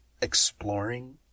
exploring